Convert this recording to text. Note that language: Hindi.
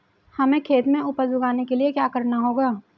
हमें खेत में उपज उगाने के लिये क्या करना होगा?